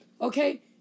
Okay